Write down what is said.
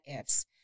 ifs